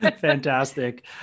Fantastic